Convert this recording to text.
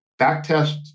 backtest